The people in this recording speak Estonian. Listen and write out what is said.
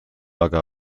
aga